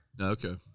Okay